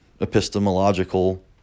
epistemological